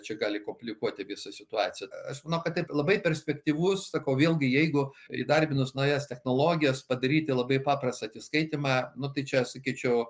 čia gali koplikuoti visą situaciją aš manau kad taip labai perspektyvus sakau vėlgi jeigu įdarbinus naujas technologijas padaryti labai paprastą atsiskaitymą nu tai čia sakyčiau